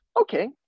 Okay